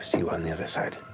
you on the other side.